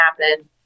happen